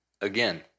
Again